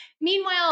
meanwhile